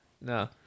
No